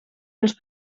los